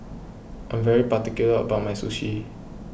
I am particular about my Sushi